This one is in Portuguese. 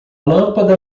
lâmpada